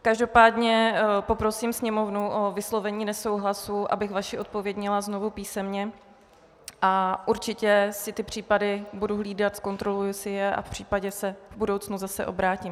Každopádně poprosím Sněmovnu o vyslovení nesouhlasu, abych vaši odpověď měla znovu písemně, a určitě si ty případy budu hlídat, zkontroluji si je a případně se v budoucnu zase obrátím.